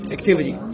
Activity